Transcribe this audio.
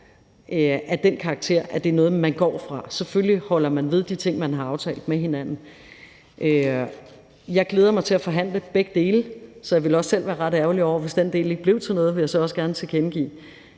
af den karakter, er noget, man går fra. Selvfølgelig holder man ved de ting, man har aftalt med hinanden. Jeg glæder mig til at forhandle begge dele, så jeg ville også selv være ret ærgerlig over det, hvis den del ikke blev til noget, vil jeg så også gerne tilkendegive.